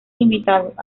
invitados